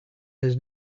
his